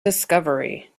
discovery